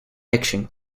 action